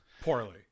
Poorly